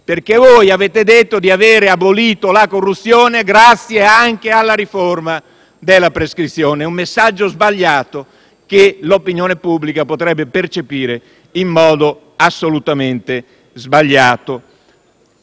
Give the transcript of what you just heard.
perché avete detto di avere abolito la corruzione grazie anche alla riforma della prescrizione. Un messaggio sbagliato che l'opinione pubblica potrebbe percepire in modo assolutamente errato.